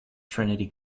trinity